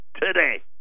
today